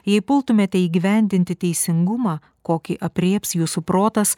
jei pultumėte įgyvendinti teisingumą kokį aprėps jūsų protas